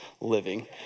living